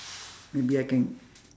maybe I can